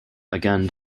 again